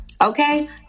Okay